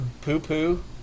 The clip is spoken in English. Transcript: poo-poo